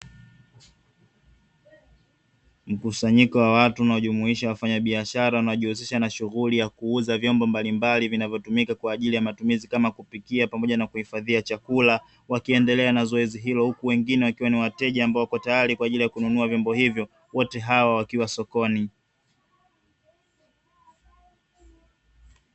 Mkusanyiko wa watu unajumuisha wafanyabiashara wanaojihusisha na shughuli ya kuuza vyombo mbalimbali vinavyotumika kwa ajili ya matumizi kama kupikia pamoja na kuhifadhia chakula, wakiendelea na zoezi hilo huku wengine wakiwa ni wateja ambao wako tayari kwa ajili ya kununua vyombo hivyo. Wote hawa wakiwa sokoni.